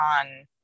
on